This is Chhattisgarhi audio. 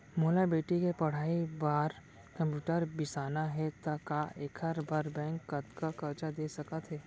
मोला बेटी के पढ़ई बार कम्प्यूटर बिसाना हे त का एखर बर बैंक कतका करजा दे सकत हे?